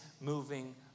moving